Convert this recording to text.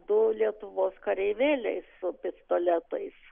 du lietuvos kareivėliai su pistoletais